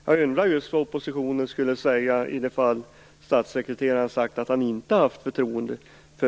Jag undrar just vad oppositionen skulle ha sagt ifall statssekreteraren hade uttalat att han inte hade förtroende för